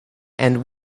and